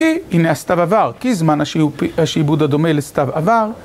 הנה הסתיו עבר כי זמן השיבוד הדומה לסתיו עבר.